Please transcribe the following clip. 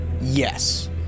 Yes